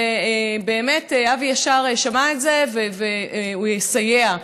ובאמת אבי ישר שמע את זה, והוא יסייע.